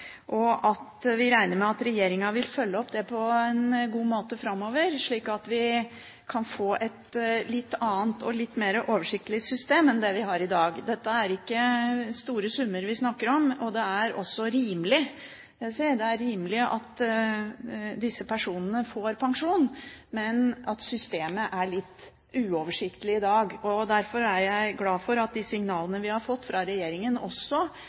sier at man bør vurdere alternative løsninger for disse gruppene, og at vi regner med at regjeringen vil følge opp det på en god måte framover, slik at vi kan få et litt annet og litt mer oversiktlig system enn det vi har i dag. Det er ikke store summer vi snakker om. Det er rimelig at disse personene får pensjon, men systemet er litt uoversiktlig i dag. Derfor er jeg glad for at de signalene vi har fått fra regjeringen,